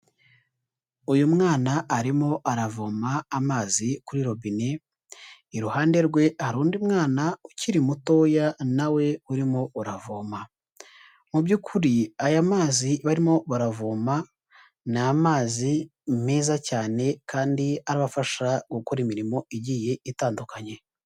Uyu mwana arimo aravoma amazi kuri robine. Iruhande rwe hari undi mwana ukiri mutoya na we urimo uravoma. Mu by'ukuri aya mazi barimo baravoma, ni amazi meza cyane kandi arabafasha gukora imirimo igiye itandukanye.